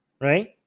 right